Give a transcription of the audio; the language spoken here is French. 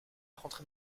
rentrée